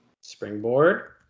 Springboard